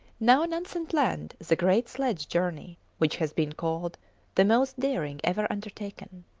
now nansen planned the great sledge journey, which has been called the most daring ever undertaken.